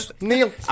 Neil